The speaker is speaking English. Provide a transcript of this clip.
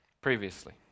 previously